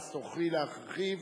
ואז תוכלי להרחיב